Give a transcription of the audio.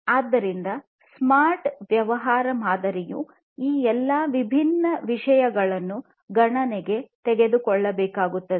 ಆದ್ದರಿಂದ ಸ್ಮಾರ್ಟ್ ವ್ಯವಹಾರ ಮಾದರಿಯು ಈ ಎಲ್ಲಾ ವಿಭಿನ್ನ ವಿಷಯಗಳನ್ನು ಗಣನೆಗೆ ತೆಗೆದುಕೊಳ್ಳಬೇಕಾಗುತ್ತದೆ